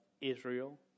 Israel